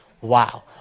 Wow